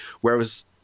whereas